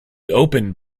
opened